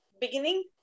beginning